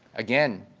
again,